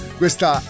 questa